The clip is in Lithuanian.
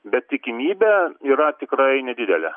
bet tikimybė yra tikrai nedidelė